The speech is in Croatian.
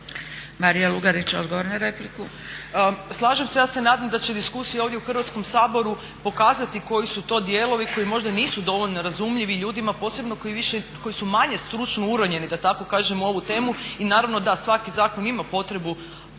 **Lugarić, Marija (SDP)** Slažem se ja se nadam da će diskusija ovdje u Hrvatskom saboru pokazati koji su to dijelovi koji možda nisu dovoljno razumljivi ljudima posebno koji su manje stručno uronjeni da tako kažem u ovu temu i naravno da svaki zakon ima potrebu,